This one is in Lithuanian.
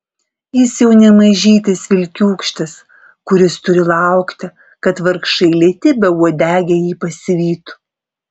jis jau ne mažytis vilkiūkštis kuris turi laukti kad vargšai lėti beuodegiai ji pasivytų